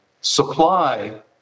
supply